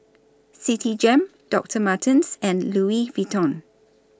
Citigem Doctor Martens and Louis Vuitton